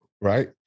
right